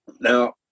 Now